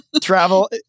travel